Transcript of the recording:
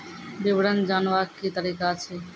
विवरण जानवाक की तरीका अछि?